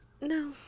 No